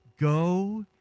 Go